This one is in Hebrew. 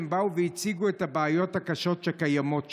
הם באו והציגו את הבעיות הקשות שקיימות שם.